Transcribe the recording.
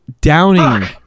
Downing